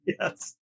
Yes